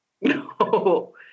No